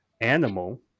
Animal